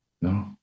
no